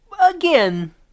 Again